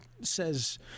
says